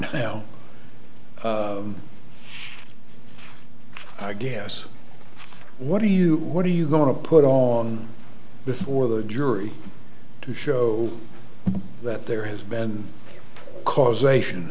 now i guess what do you what are you going to put on before the jury to show that there has been causation